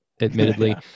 admittedly